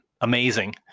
amazing